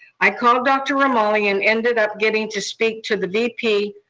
i called dr. romali and ended up getting to speak to the vp,